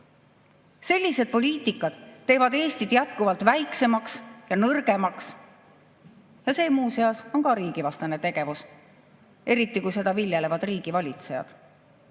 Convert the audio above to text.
Selline poliitika teeb Eestit jätkuvalt väiksemaks ja nõrgemaks. Ja see muuseas on ka riigivastane tegevus, eriti kui seda viljelevad riigivalitsejad.